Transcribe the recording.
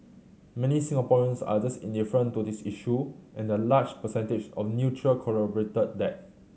many Singaporeans are just indifferent to this issue and the large percentage of neutral corroborated that